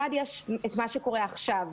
אחד, יש את מה שקורה עכשיו,